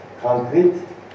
concrete